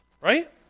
Right